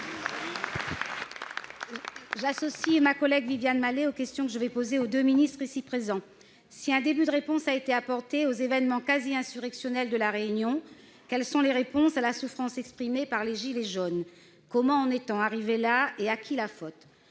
s'associe ma collègue Viviane Malet, s'adresse à deux ministres ici présents. Si un début de réponse a été apporté aux événements quasi insurrectionnels de La Réunion, quelles réponses sont apportées à la souffrance exprimée par les « gilets jaunes »? Comment en est-on arrivé là, et à qui la faute ?